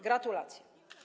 Gratulacje.